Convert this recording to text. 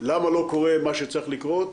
למה לא קורה מה שצריך לקרות.